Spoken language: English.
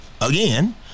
Again